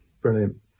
Brilliant